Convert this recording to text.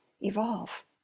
evolve